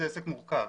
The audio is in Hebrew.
זה עסק מורכב.